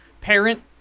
parent